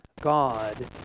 God